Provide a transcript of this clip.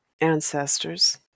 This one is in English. Ancestors